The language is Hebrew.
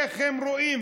איך הם רואים,